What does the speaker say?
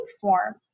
form